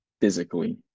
physically